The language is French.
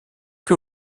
que